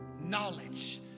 knowledge